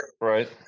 right